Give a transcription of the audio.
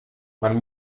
man